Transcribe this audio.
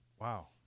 Wow